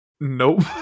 Nope